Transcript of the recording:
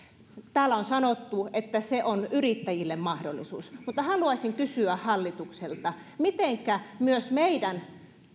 täällä on sanottu että se on yrittäjille mahdollisuus mutta haluaisin kysyä hallitukselta mitenkä myös meidän